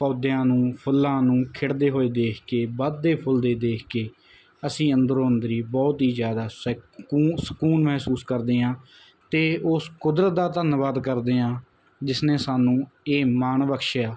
ਪੌਦਿਆਂ ਨੂੰ ਫੁੱਲਾਂ ਨੂੰ ਖਿੜਦੇ ਹੋਏ ਦੇਖ ਕੇ ਵਧਦੇ ਫੁੱਲਦੇ ਦੇਖ ਕੇ ਅਸੀਂ ਅੰਦਰੋਂ ਅੰਦਰੀ ਬਹੁਤ ਹੀ ਜਿਆਦਾ ਸੈਕੂ ਸਕੂਨ ਮਹਿਸੂਸ ਕਰਦੇ ਆਂ ਤੇ ਉਸ ਕੁਦਰਤ ਦਾ ਧੰਨਵਾਦ ਕਰਦੇ ਹਾਂ ਜਿਸਨੇ ਸਾਨੂੰ ਇਹ ਮਾਣ ਬਖਸ਼ਿਆ